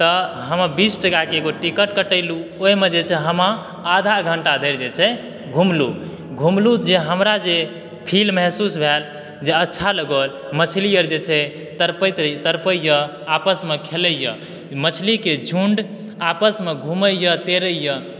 तऽ हमे बीस टका के एगो टिकट कटबेलहुॅं ओहिमे जे छै हम आधा घंटा धरि जे छै घूमलहुॅं घूमलहुॅं जे हमरा जे फील महसूस भेल जे अच्छा लगल मछली आर जे छै तड़पैत तड़पै यऽ आपसमे खेलै यऽ मछली के झुंड आपस मे घूमै यऽ तैरैयऽ